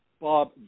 Bob